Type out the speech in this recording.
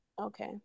Okay